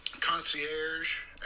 concierge